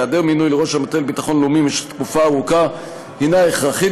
להיעדר מינוי לראש המטה לביטחון לאומי משך תקופה ארוכה היא הכרחית,